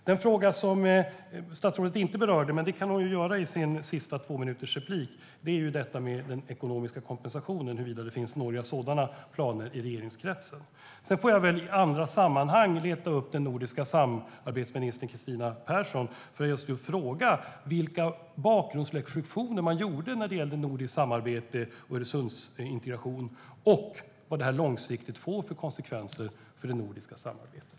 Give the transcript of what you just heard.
Den fråga som statsrådet inte berörde - men det kan hon ju göra i sitt sista inlägg på två minuter - är detta med den ekonomiska kompensationen och huruvida det finns några sådana planer i regeringskretsen. Sedan får jag väl i andra sammanhang leta upp den nordiska samarbetsministern Kristina Persson för att fråga vilka bakgrundsreflektioner man gjorde när det gällde nordiskt samarbete och Öresundsintegration och vad det här långsiktigt får för konsekvenser för det nordiska samarbetet.